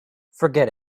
forget